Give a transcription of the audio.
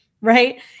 right